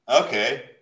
Okay